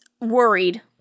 worried